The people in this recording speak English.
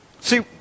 See